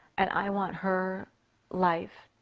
and i want her life